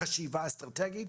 חשיבה אסטרטגית,